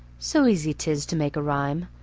so easy tis to make a rhyme,